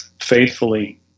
faithfully